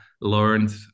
Learned